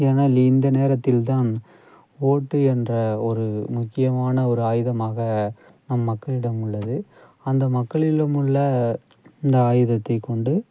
ஏன்னால் இந்த நேரத்தில் தான் ஓட்டு என்ற ஒரு முக்கியமான ஒரு ஆயுதமாக நம் மக்களிடம் உள்ளது அந்த மக்களிலும் உள்ள இந்த ஆயுதத்தைக் கொண்டு